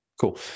Cool